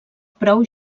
prou